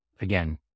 again